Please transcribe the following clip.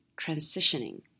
transitioning